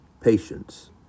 Patience